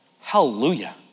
Hallelujah